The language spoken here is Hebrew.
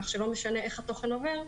כך שלא משנה איך התוכן עובר,